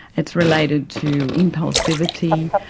it's related to impulsivity,